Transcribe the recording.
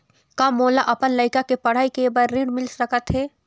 का मोला अपन लइका के पढ़ई के बर ऋण मिल सकत हे?